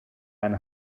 ein